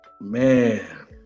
Man